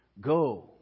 go